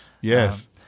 Yes